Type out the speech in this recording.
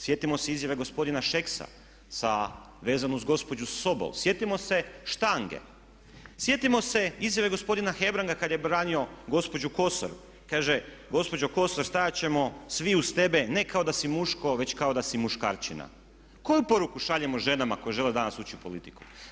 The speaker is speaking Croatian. Sjetimo se izjave gospodina Šeksa sa vezano uz gospođu Sobol, sjetimo se štange, sjetimo se izjave gospodina Hebranga kada je branio gospođu Kosor, kaže: „Gospođo Kosor stajat ćemo svi uz tebe, ne kao da si muško već kao da si muškarčina.“ Koju poruku šaljemo ženama koje žele danas ući u politiku.